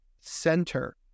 center